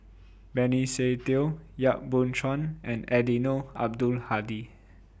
Benny Se Teo Yap Boon Chuan and Eddino Abdul Hadi